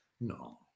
No